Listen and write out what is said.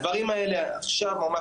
הדברים האלה מצויים ממש עכשיו,